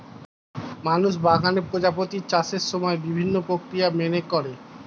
মানুষ বাগানে প্রজাপতির চাষের সময় বিভিন্ন প্রক্রিয়া মেনে করে